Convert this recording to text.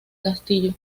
castillo